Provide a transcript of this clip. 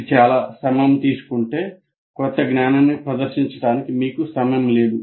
ఇది చాలా సమయం తీసుకుంటే క్రొత్త జ్ఞానాన్ని ప్రదర్శించడానికి మీకు సమయం లేదు